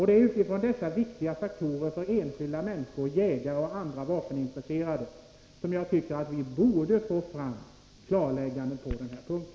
Det är utifrån dessa faktorer, som är viktiga för enskilda människor, jägare och andra vapenintresserade, som jag tycker att vi borde få fram ett klarläggande på denna punkt.